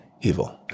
evil